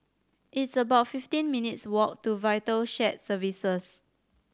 it's about fifteen minutes walk to Vital Shared Services